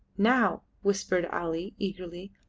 now, whispered ali, eagerly,